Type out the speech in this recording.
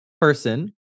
person